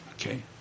Okay